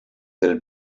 del